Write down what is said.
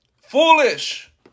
Foolish